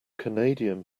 canadian